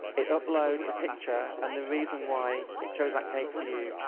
it uploads a picture, and the reason why it chose that cake for you,